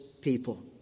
people